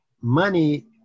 money